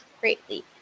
greatly